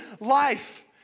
life